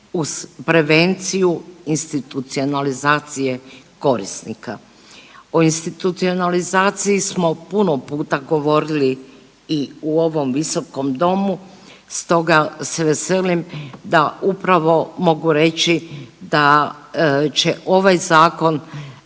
uz prevenciju institucionalizacije korisnika. O institucionalizaciji smo puno puta govorili i u ovom visokom domu stoga se veselim da upravo mogu reći da će ovaj zakon